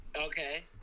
Okay